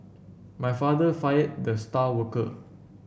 my father fired the star worker